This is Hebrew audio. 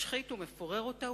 משחית ומפורר אותה,